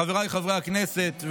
חבריי חברי הכנסת,